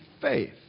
faith